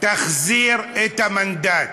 תחזיר את המנדט.